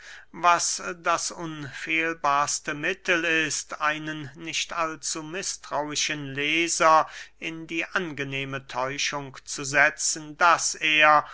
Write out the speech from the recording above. was das unfehlbarste mittel ist einen nicht allzumißtrauischen leser in die angenehme täuschung zu setzen daß er